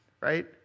Right